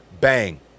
Bang